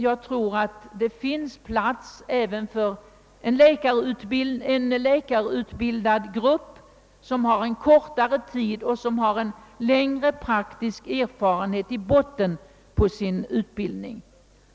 Jag tror sålunda att det kommer att finnas plats även för en läkarutbildad grupp, som har kortare utbildningstid och en längre praktisk erfarenhet som grund för sin utbildning.